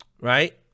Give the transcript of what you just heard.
Right